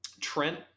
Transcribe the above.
Trent